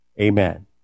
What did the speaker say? Amen